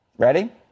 Ready